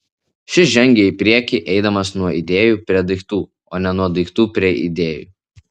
šis žengia į priekį eidamas nuo idėjų prie daiktų o ne nuo daiktų prie idėjų